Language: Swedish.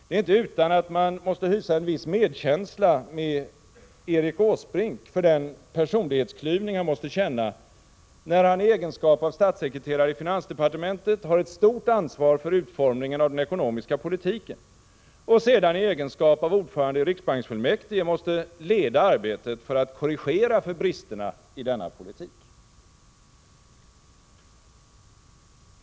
Det är inte utan att man måste hysa en viss medkänsla med Erik Åsbrink för den personlighetsklyvning han måste känna när han i egenskap av statssekreterare i finansdepartementet har ett stort ansvar för utformningen av den ekonomiska politiken och sedan i egenskap av ordförande i riksbanksfullmäktige måste leda arbetet för att korrigera på grund av bristerna i denna politik.